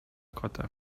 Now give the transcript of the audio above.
kota